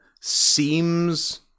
seems